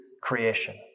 creation